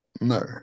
no